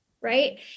Right